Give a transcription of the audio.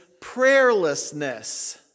prayerlessness